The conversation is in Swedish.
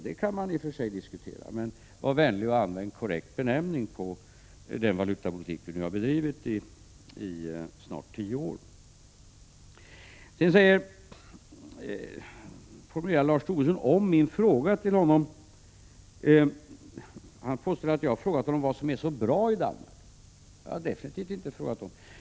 Det kan man i och för sig diskutera, men var vänlig och använd en korrekt benämning på den valutapolitik som vi har bedrivit i snart tio år. Lars Tobisson formulerar om min fråga till honom och påstår att jag har frågat vad som är så bra i landet. Det har jag definitivt inte frågat om.